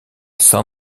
san